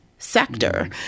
sector